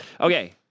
Okay